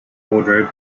wardrobe